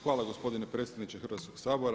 Hvala gospodine predsjedniče Hrvatskog sabora.